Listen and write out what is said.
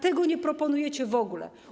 Tego nie proponujecie w ogóle.